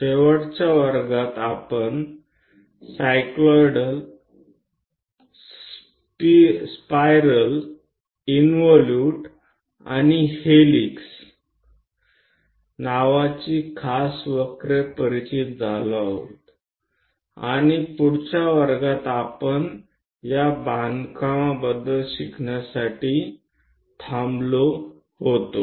शेवटच्या वर्गात आपण सायक्लॉइड स्पायरल्स इंवोलूट आणि हेलिक्स नावाची खास वक्रे परिचित झालो आहोत आणि पुढच्या वर्गात आपण या बांधकामाबद्दल शिकण्यासाठी थांबलो होतो